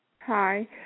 Hi